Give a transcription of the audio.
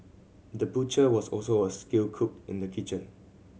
the butcher was also a skilled cook in the kitchen